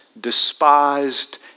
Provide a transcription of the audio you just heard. despised